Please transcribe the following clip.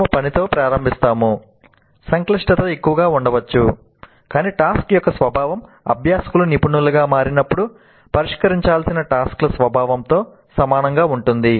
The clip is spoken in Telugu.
మనము పనితో ప్రారంభిస్తాము సంక్లిష్టత తక్కువగా ఉండవచ్చు కాని టాస్క్ యొక్క స్వభావం అభ్యాసకులు నిపుణులుగా మారినప్పుడు పరిష్కరించాల్సిన టాస్క్ ల స్వభావంతో సమానంగా ఉంటుంది